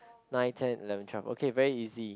nine ten eleven twelve okay very easy